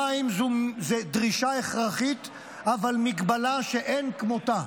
המים זו דרישה הכרחית אבל מגבלה שאין כמותה,